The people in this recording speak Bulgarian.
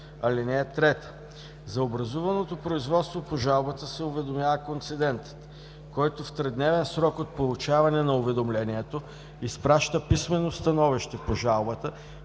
(3) За образуваното производство по жалбата се уведомява концедентът, който в тридневен срок от получаването на уведомлението изпраща писмено становище по жалбата,